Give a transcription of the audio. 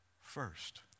first